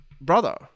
brother